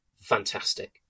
fantastic